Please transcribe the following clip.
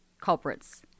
culprits